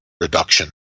reduction